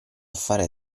fare